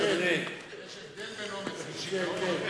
יש הבדל בין אומץ לשיגעון.